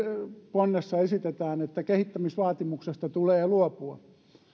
ponnessa esitetään että kehittämisvaatimuksesta tulee luopua